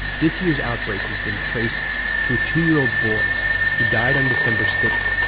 this year's outbreak has been traced to a two year old boy who died on december sixth,